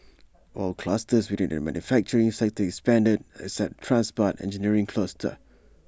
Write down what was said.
all clusters within the manufacturing sector expanded except the transport engineering cluster